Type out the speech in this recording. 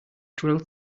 drilled